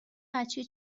بچه